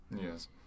Yes